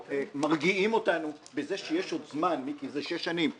מרגיעים אותנו בזה שיש עוד זמן, מיקי, זה שש שנים.